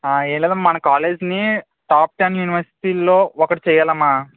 ఏం లేదమ్మా మన కాలేజ్ని టాప్ టెన్ యూనివర్సిటీల్లో ఒకటి చేయాలమ్మా